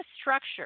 structure